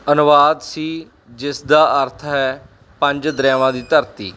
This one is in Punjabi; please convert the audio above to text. ਅਨੁਵਾਦ ਸੀ ਜਿਸ ਦਾ ਅਰਥ ਹੈ ਪੰਜ ਦਰਿਆਵਾਂ ਦੀ ਧਰਤੀ